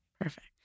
Perfect